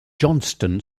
johnston